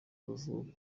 bavuga